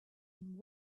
and